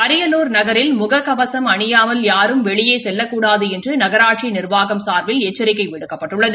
அரியலூர் நகரில் முக கவசம் அணியாமல் யாரும் வெளியே செல்லக்கூடாது என்று நகராட்சி நிர்வாகம் சார்பில் எச்சரிக்கை விடுக்கப்பட்டுள்ளது